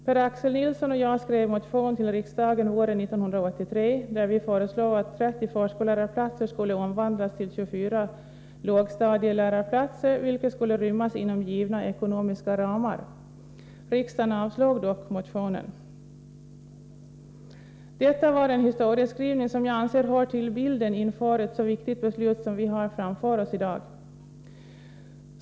Per-Axel Nilsson och jag skrev en motion våren 1983, där vi föreslog att 30 förskollärarplatser omvandlades till 24 lågstadielärarplatser, något som skulle rymmas inom givna ekonomiska ramar. Riksdagen avslog dock motionen. Detta var en historieskrivning som jag anser hör till bilden inför ett så viktigt beslut som det vi har framför oss i dag.